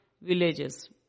villages